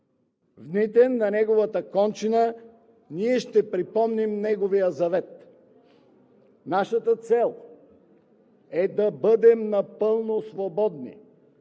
дните на неговата кончина ние ще припомним неговия завет: „Нашата цел е да бъдем напълно свободни